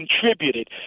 contributed